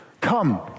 come